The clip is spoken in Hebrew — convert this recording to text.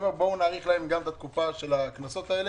בואו נאריך להם גם את התקופה של הקנסות האלה.